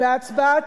אחראית,